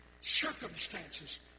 circumstances